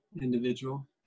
individual